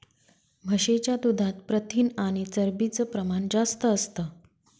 म्हशीच्या दुधात प्रथिन आणि चरबीच प्रमाण जास्त असतं